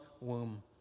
womb